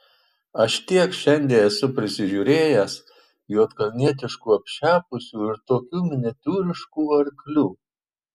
aš tiek šiandie esu pasižiūrėjęs juodkalnietiškų apšepusių ir tokių miniatiūriškų arklių